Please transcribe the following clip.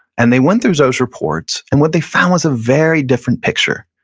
and they went through those reports and what they found is a very different picture.